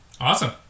Awesome